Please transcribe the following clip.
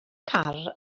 car